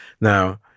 Now